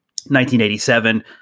1987